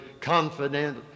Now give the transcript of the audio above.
confident